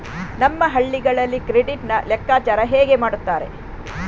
ನಮ್ಮ ಹಳ್ಳಿಗಳಲ್ಲಿ ಕ್ರೆಡಿಟ್ ನ ಲೆಕ್ಕಾಚಾರ ಹೇಗೆ ಮಾಡುತ್ತಾರೆ?